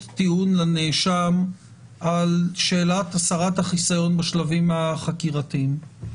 טיעון לנאשם על שאלת הסרת החיסיון בשלבים החקירתיים.